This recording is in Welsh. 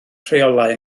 rheolau